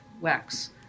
wax